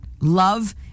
Love